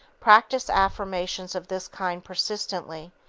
practice affirmations of this kind persistently,